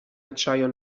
acciaio